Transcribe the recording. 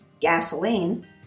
gasoline